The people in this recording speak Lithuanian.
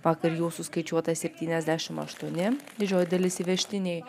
vakar jų suskaičiuota septyniasdešimt aštuoni didžioji dalis įvežtiniai